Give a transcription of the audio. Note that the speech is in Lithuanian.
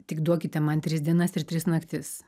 tik duokite man tris dienas ir tris naktis